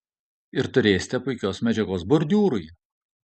ir turėsite puikios medžiagos bordiūrui